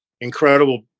incredible